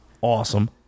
awesome